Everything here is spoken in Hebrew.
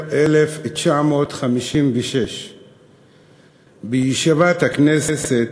בדצמבר 1956. בישיבת הכנסת,